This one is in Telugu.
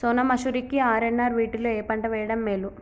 సోనా మాషురి కి ఆర్.ఎన్.ఆర్ వీటిలో ఏ పంట వెయ్యడం మేలు?